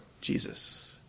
Jesus